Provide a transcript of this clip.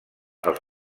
els